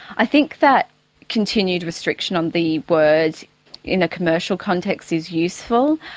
i think that continued restriction on the word in a commercial context is useful.